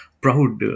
proud